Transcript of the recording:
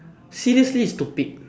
seriously stupid